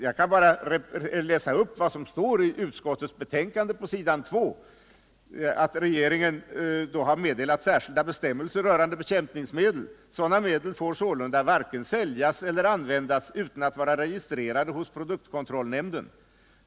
Jag kan läsa upp vad som står i utskottsbetänkandet på s. 2, där det talas om att regeringen har meddelat särskilda bestämmelser rörande bekämpningsmedel. Utskottet skriver: ”Sådana medel får sålunda varken säljas eller användas utan att vara registrerade hos produktkontrollnämnden.